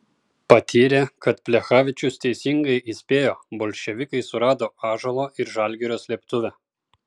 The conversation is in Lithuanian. patyrė kad plechavičius teisingai įspėjo bolševikai surado ąžuolo ir žalgirio slėptuvę